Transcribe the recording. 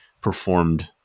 performed